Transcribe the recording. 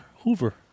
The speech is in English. Hoover